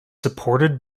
supported